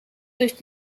durch